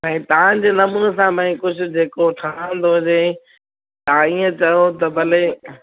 ऐं तव्हांजे नमूने सां भई कुझु जेको ठहंदो हुजे तव्हां इअं चयो त भले